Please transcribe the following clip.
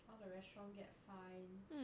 all the restaurant get fined